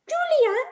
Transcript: Julia